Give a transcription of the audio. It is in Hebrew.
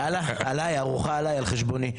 יאללה, עליי, ארוחה עליי, על חשבוני.